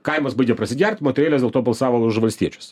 kaimas baigia prasigert moterėlės dėl to balsavo už valstiečius